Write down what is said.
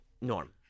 norm